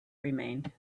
remained